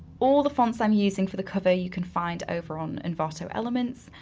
all the fonts i'm using for the cover you can find over on envato elements,